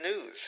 news